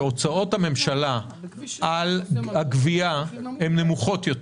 מכיוון שהוצאות הממשלה על הגבייה נמוכות יותר.